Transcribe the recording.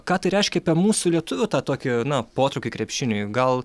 ką tai reiškia mūsų lietuvių tą tokį na potraukį krepšiniui gal